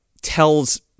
tells